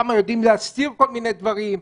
שם יודעים להסתיר כל מיני דברים.